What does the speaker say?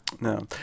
No